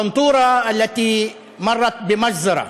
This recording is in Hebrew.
טנטורה, שעברה טבח,